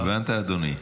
הבנת, אדוני?